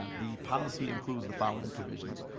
ah the policy includes the following provisions.